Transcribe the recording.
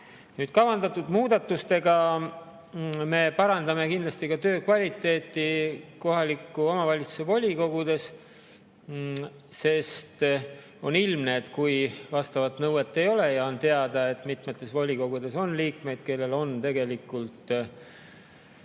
sees. Kavandatud muudatustega me parandame kindlasti töökvaliteeti kohaliku omavalitsuse volikogudes, sest on ilmne, et kui kõnealust nõuet ei ole ja on teada, et mitmetes volikogudes on liikmeid, kellel on tegelikult